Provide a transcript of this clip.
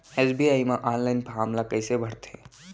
SBI म online form ल कइसे भरथे?